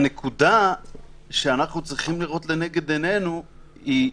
הנקודה שאנחנו צריכים לראות לנגד עינינו היא זאת: